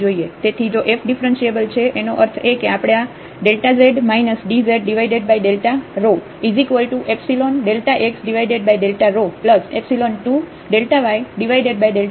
તેથી જો f differentiable છે એનો અર્થ એ કે આપણે આ z dz1x2yતરીકે વ્યક્ત કરી શકીએ છીએ